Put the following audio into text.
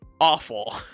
awful